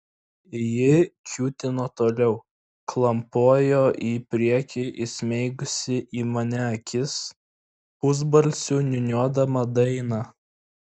ji kiūtino toliau klampojo į priekį įsmeigusi į mane akis pusbalsiu niūniuodama dainą